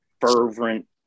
fervent